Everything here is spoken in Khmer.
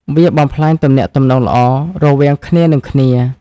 វាបំផ្លាញទំនាក់ទំនងល្អរវាងគ្នានឹងគ្នា។